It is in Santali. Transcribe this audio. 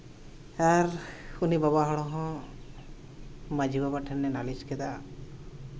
ᱟᱨ ᱩᱱᱤ ᱵᱟᱵᱟ ᱦᱚᱲ ᱦᱚᱸ ᱢᱟᱹᱡᱷᱤ ᱵᱟᱵᱟ ᱴᱷᱮᱱᱮ ᱞᱟᱹᱞᱤᱥ ᱠᱮᱫᱟ